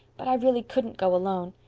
but i really couldn't go alone.